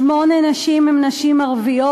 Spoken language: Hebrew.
שמונה נשים הן נשים ערביות,